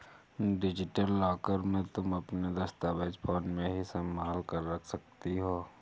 digital locker में तुम अपने दस्तावेज फोन में ही संभाल कर रख सकती हो